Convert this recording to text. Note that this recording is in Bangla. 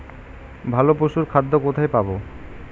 ভালো পশুর খাদ্য কোথায় পাবো?